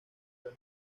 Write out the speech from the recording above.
del